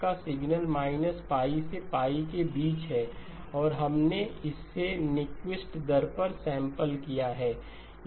इसलिए आपका सिग्नल π से के बीच है और आपने इसे न्यूक्विस्ट दर पर सैंपल किया है